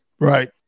Right